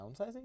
Downsizing